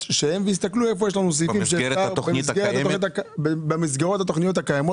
והסתכלו איפה יש סעיפים במסגרות התכניות הקיימות,